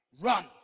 Run